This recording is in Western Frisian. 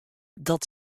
dat